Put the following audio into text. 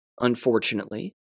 unfortunately